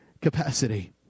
capacity